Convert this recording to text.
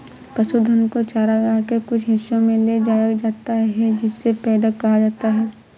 पशुधन को चरागाह के कुछ हिस्सों में ले जाया जाता है जिसे पैडॉक कहा जाता है